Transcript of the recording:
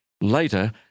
later